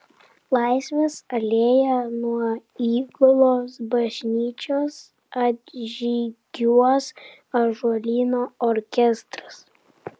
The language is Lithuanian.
laisvės alėja nuo įgulos bažnyčios atžygiuos ąžuolyno orkestras